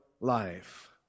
life